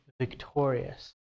victorious